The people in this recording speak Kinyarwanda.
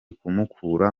kumukura